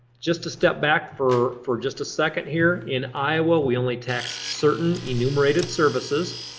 just a step back for for just a second here, in iowa we only tax certain enumerated services.